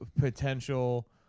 potential